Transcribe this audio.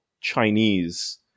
Chinese